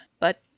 But